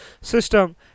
system